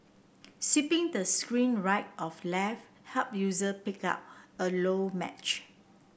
swiping the screen right of left help user pick out a low match